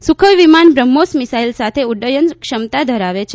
Sukhoi વિમાન BrahMos missile સાથે ઉડ્ડયન ક્ષમતા ધરાવે છે